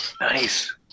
Nice